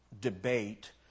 debate